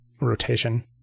rotation